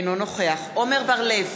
אינו נוכח עמר בר-לב,